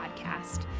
podcast